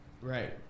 Right